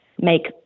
make